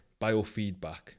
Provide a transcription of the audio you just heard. biofeedback